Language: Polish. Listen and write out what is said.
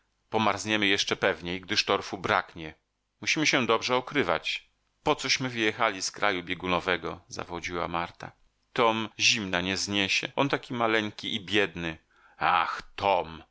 więcej pomarzniemy jeszcze pewniej gdyż torfu braknie musimy się dobrze okrywać po cośmy wyjechali z kraju biegunowego zawodziła marta tom zimna nie zniesie on taki maleńki i biedny ach tom